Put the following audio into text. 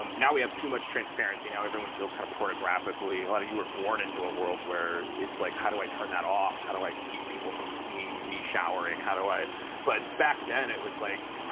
um now we have too much transparency. now everyone feels kind of pornographically a lot of you were born into a world where it's like, how do i turn that off? how do i keep people from seeing me showering? how do i but back then, it was like,